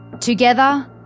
Together